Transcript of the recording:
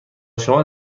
شما